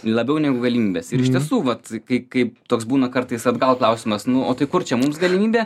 labiau negu galimybes ir iš tiesų vat kaip kaip toks būna kartais atgal klausimas nu o tai kur čia mums galimybė